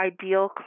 ideal